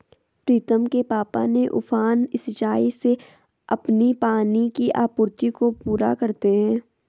प्रीतम के पापा ने उफान सिंचाई से अपनी पानी की आपूर्ति को पूरा करते हैं